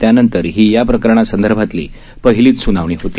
त्यानंतर ही या प्रकरणासंदर्भातली पहिलीच स्नावणी होती